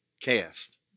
cast